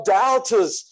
doubters